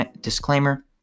disclaimer